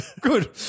Good